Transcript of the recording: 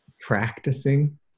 practicing